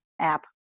app